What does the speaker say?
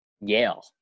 Yale